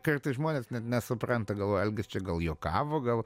kartais žmonės net nesupranta galvoja algis čia gal juokavo gal